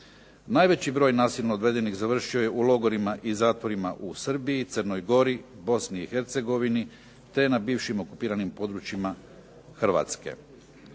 Najveći broj nasilno odvedenih završio je u logorima i zatvorima u Srbiji, Crnoj gori, Bosni i Hercegovini, te na bivšim okupiranim područjima Hrvatske.